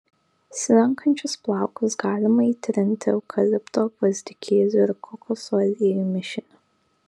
slenkančius plaukus galima įtrinti eukalipto gvazdikėlių ir kokosų aliejų mišiniu